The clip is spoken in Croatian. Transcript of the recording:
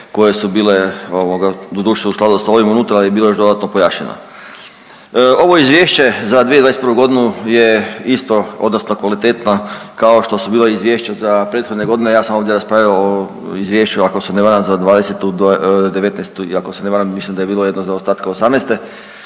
koje su bile doduše u skladu s ovim unutra i bilo je još dodatno pojašnjeno. Ovo izvješće za 2021. godinu je isto odnosno kvalitetno kao što su bila izvješća za prethodne godine. Ja sam ovdje raspravljao o izvješću ako se ne varam za '20., '19. i ako se ne varam mislim da je bilo jedno zaostatka '18.